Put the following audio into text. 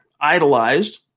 Idolized